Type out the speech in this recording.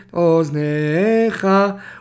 oznecha